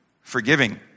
forgiving